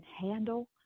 handle